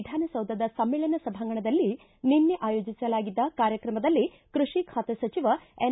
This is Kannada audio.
ವಿಧಾನಸೌಧದ ಸಮ್ಮೇಳನ ಸಭಾಂಗಣದಲ್ಲಿ ನಿನ್ನೆ ಆಯೋಜಿಸಲಾಗಿದ್ದ ಕಾರ್ಯಕ್ರಮದಲ್ಲಿ ಕೈಷಿ ಖಾತೆ ಸಚಿವ ಎನ್